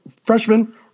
freshman